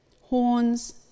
horns